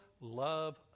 love